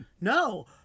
No